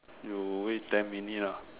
you wait ten minute ah